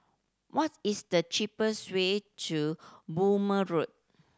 what is the cheapest way to Burmah Road